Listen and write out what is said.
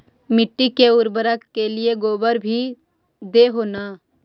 मिट्टी के उर्बरक के लिये गोबर भी दे हो न?